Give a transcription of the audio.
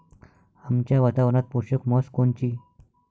आमच्या वातावरनात पोषक म्हस कोनची?